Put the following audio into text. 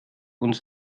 uns